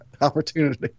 opportunity